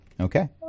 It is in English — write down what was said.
Okay